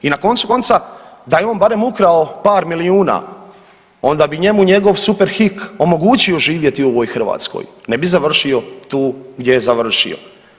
I na koncu konca da je on barem ukrao par milijuna onda bi njemu njegov Superhik omogućio živjeti u ovoj Hrvatskoj, ne bi završio tu gdje je završio.